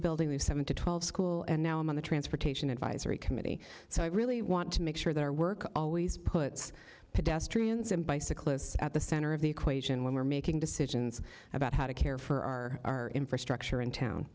building the seven to twelve school and now i'm on the transportation advisory committee so i really want to make sure that our work always puts pedestrians and bicyclists at the center of the equation when we're making decisions about how to care for our our infrastructure in town